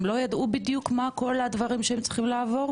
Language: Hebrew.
לא ידעו בדיוק מה הם כל הדברים שהם צריכים לעבור?